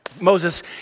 Moses